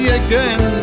again